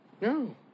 No